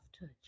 touch